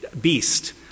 beast